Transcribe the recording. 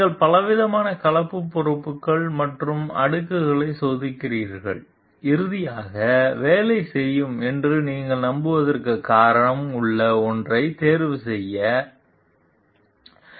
நீங்கள் பலவிதமான கலப்பு பொருட்கள் மற்றும் அடுக்குகளை சோதிக்கிறீர்கள் இறுதியாக வேலை செய்யும் என்று நீங்கள் நம்புவதற்கு காரணம் உள்ள ஒன்றைத் தேர்வுசெய்க